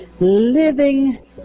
Living